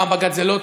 פעם בג"ץ זה לא טוב,